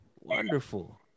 wonderful